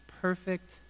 perfect